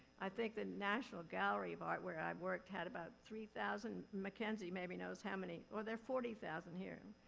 i think the national gallery of art, where i've worked, had about three thousand, msckenzie maybe knows how many or they're forty thousand here.